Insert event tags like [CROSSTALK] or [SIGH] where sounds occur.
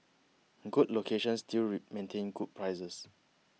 good locations still [UNINTELLIGIBLE] maintain good prices